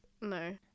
No